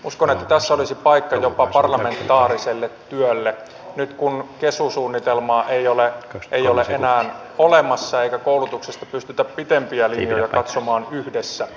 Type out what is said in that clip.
uskon että tässä olisi paikka jopa parlamentaariselle työlle nyt kun kesu suunnitelmaa ei ole enää olemassa eikä koulutuksesta pystytä pitempiä linjoja katsomaan yhdessä